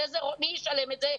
מי ישלם את זה?